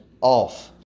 off